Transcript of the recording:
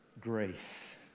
grace